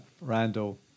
Randall